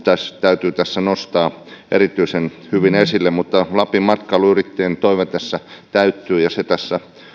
täytyy tässä nostaa erityisen hyvin esille mutta lapin matkailuyrittäjien toive tässä täyttyy ja se tässä